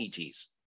ETs